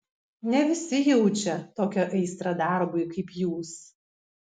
ne visi jaučia tokią aistrą darbui kaip jūs